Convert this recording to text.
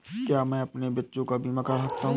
क्या मैं अपने बच्चों का बीमा करा सकता हूँ?